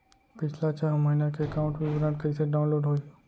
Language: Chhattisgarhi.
पिछला छः महीना के एकाउंट विवरण कइसे डाऊनलोड होही?